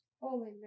Holy